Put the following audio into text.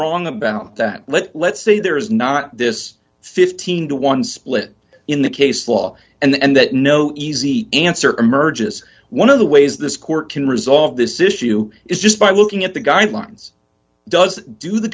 wrong about that let's say there is not this fifteen to one split in the case law and that no easy answer emerges one of the ways this court can resolve this issue is just by looking at the guidelines does do the